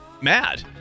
mad